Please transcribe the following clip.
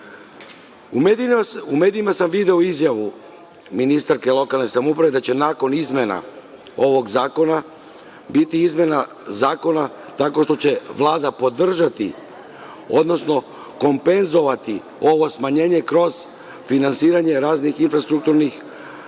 medijima sam video izjavu ministarke lokalne samouprave, da će nakon izmena ovog zakona biti izmena zakona tako što će Vlada podržati, odnosno kompenzovati ovo smanjenje kroz finansiranje raznih infrastrukturnih